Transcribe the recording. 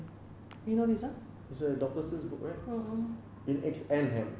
this one doctor seuss book right eggs and ham